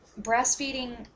breastfeeding